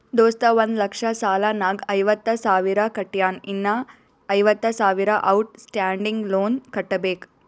ದೋಸ್ತ ಒಂದ್ ಲಕ್ಷ ಸಾಲ ನಾಗ್ ಐವತ್ತ ಸಾವಿರ ಕಟ್ಯಾನ್ ಇನ್ನಾ ಐವತ್ತ ಸಾವಿರ ಔಟ್ ಸ್ಟ್ಯಾಂಡಿಂಗ್ ಲೋನ್ ಕಟ್ಟಬೇಕ್